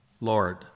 Lord